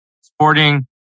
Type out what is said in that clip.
Sporting